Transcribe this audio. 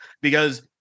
because-